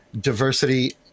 diversity